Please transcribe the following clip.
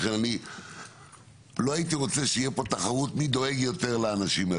לכן אני לא הייתי רוצה שתהיה פה תחרות מי דואג יותר לאנשים,